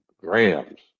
grams